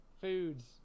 foods